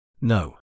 No